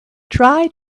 try